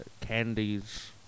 candies